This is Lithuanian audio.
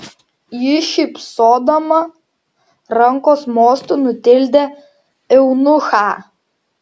ji šypsodama rankos mostu nutildė eunuchą